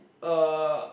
uh